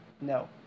No